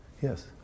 Yes